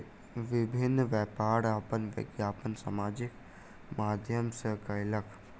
विभिन्न व्यापार अपन विज्ञापन सामाजिक माध्यम सॅ कयलक